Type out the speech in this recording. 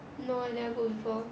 no I never go before